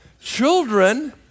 children